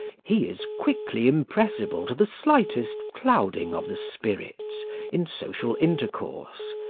he is quickly impressible to the slightest clouding of the spirits in social intercourse,